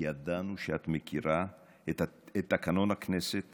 כי ידענו שאת מכירה את תקנון הכנסת